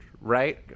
right